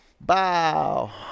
Bow